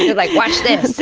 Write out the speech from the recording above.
like, watch this.